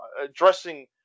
addressing